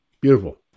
Beautiful